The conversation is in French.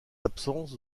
absences